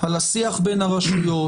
על השיח בין הרשויות,